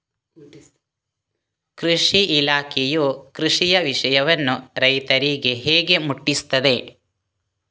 ಕೃಷಿ ಇಲಾಖೆಯು ಕೃಷಿಯ ವಿಷಯವನ್ನು ರೈತರಿಗೆ ಹೇಗೆ ಮುಟ್ಟಿಸ್ತದೆ?